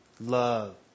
Love